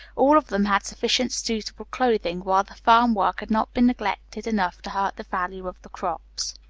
all of them had sufficient suitable clothing, while the farm work had not been neglected enough to hurt the value of the crops.